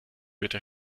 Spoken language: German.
bitte